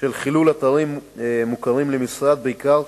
של חילול אתרים מוכרים למשרד בעיקר